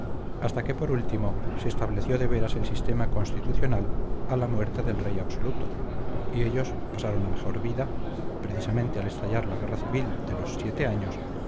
hasta que por último se estableció de veras el sistema constitucional a la muerte del rey absoluto y ellos pasaron a mejor vida precisamente al estallar la guerra civil de los siete años sin que los sombreros de copa